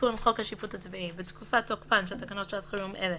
תיקון חוק השיפוט הצבאי 1. בתקופת תוקפן של תקנות שעת חירום אלה,